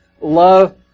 love